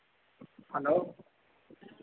hello